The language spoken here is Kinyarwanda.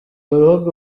bihugu